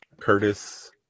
Curtis